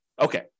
Okay